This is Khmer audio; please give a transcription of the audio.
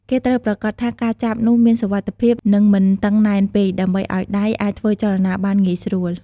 គេត្រូវប្រាកដថាការចាប់នោះមាន សុវត្ថិភាព និងមិនតឹងណែនពេក ដើម្បីឲ្យដៃអាចធ្វើចលនាបានងាយស្រួល។